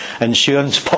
insurance